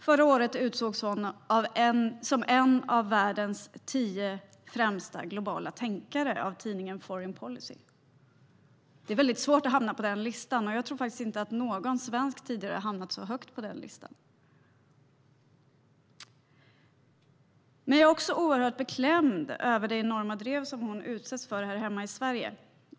Förra året utsågs hon till en av världens tio främsta globala tänkare av tidningen Foreign Policy. Det är svårt att hamna på den listan, och jag tror faktiskt inte att någon annan svensk har hamnat så högt på den. Men jag är också oerhört beklämd över det enorma drev Margot Wallström utsätts för här hemma i Sverige.